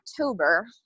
October